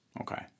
Okay